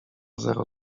zero